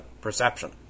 perception